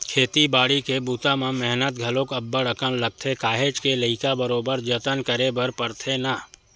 खेती बाड़ी के बूता म मेहनत घलोक अब्ब्ड़ अकन लगथे काहेच के लइका बरोबर जतन करे बर परथे ना